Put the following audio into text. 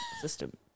system